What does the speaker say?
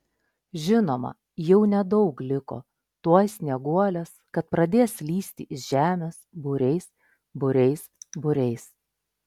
žinoma jau nedaug liko tuoj snieguolės kad pradės lįsti iš žemės būriais būriais būriais